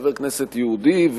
חבר כנסת יהודי,